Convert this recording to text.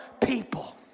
people